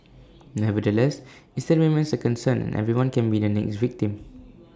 nevertheless IT still remains A concern and anyone can be the next victim